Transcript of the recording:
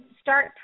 start